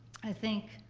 i think,